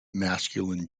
masculine